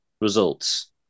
results